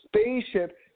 spaceship